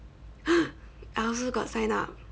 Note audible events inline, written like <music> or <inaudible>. <noise> I also got sign up